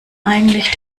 eigentlich